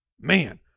man